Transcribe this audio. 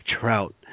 Trout